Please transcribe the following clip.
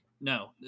No